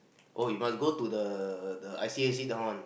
oh you ust go the the I_C_A sit down [one]